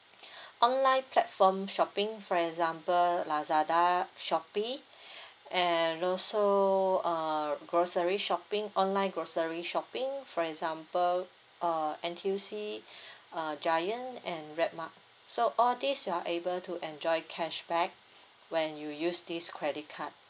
online platform shopping for example lazada shopee and no so uh grocery shopping online grocery shopping for example uh N_T_U_C uh giant and redmart so all these you're able to enjoy cashback when you use this credit card